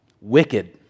Wicked